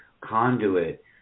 conduit